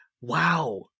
wow